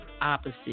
opposite